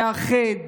מאחד,